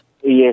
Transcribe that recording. Yes